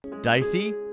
Dicey